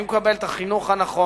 אם הוא מקבל את החינוך הנכון,